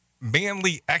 Manly